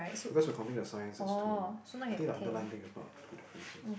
because we're counting the science as two I think the underline thing is not two differences